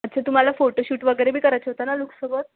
अच्छा तुम्हाला फोटोशूट वगैरे बी करायचं होतं ना लूकसोबत